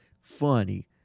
funny